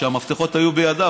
כשהמפתחות היו בידיו,